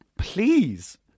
Please